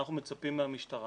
אנחנו מצפים מהמשטרה